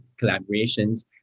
collaborations